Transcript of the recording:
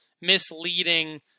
misleading